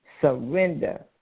surrender